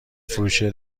فروشی